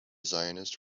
zionist